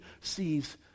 sees